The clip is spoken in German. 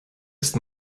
ist